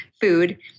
food